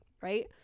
right